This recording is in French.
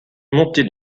montée